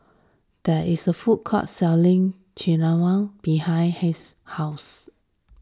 there is a food court selling Nikujaga behind Haden's house